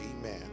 amen